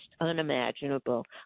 unimaginable